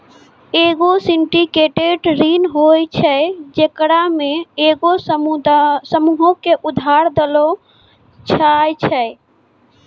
एगो सिंडिकेटेड ऋण उ होय छै जेकरा मे एगो समूहो के उधार देलो जाय छै